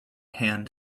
hand